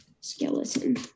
skeleton